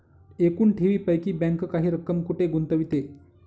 एकूण ठेवींपैकी बँक काही रक्कम कुठे गुंतविते?